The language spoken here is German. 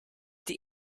die